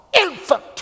infant